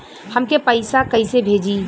हमके पैसा कइसे भेजी?